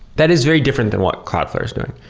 that is very different than what cloudflare is doing.